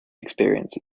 experience